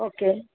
okay